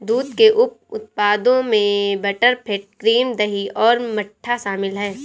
दूध के उप उत्पादों में बटरफैट, क्रीम, दही और मट्ठा शामिल हैं